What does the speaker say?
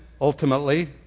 ultimately